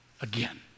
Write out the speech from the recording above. Again